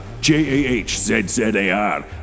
J-A-H-Z-Z-A-R